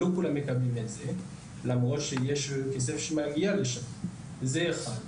לא כולם מקבלים את זה למרות שיש כסף שמגיע עבור זה.